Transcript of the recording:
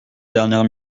dernière